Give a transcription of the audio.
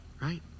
Right